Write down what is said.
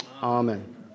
Amen